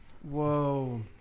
Whoa